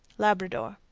labrador.